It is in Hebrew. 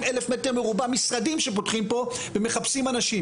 אלף מטר מרובע משרדים שפותחים פה ומחפשים אנשים.